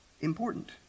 important